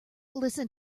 listen